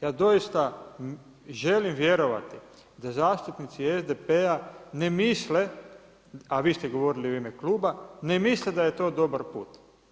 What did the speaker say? Ja doista želim vjerovati da zastupnici SDP-a ne misle, a vi ste govorili u ime kluba, ne misle da je to dobar put.